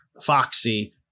Foxy